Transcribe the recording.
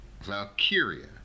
valkyria